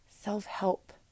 self-help